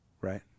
right